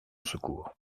secours